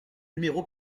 numéro